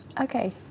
Okay